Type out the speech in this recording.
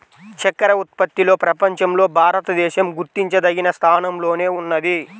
చక్కర ఉత్పత్తిలో ప్రపంచంలో భారతదేశం గుర్తించదగిన స్థానంలోనే ఉన్నది